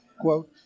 quote